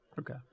Okay